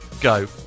go